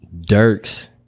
Dirk's